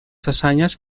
hazañas